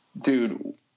dude